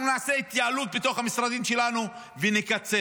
אנחנו נעשה התייעלות בתוך המשרדים שלנו ונקצץ?